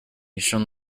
shone